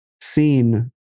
seen